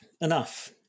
enough